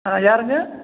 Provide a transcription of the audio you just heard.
ஆ யாருங்க